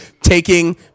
taking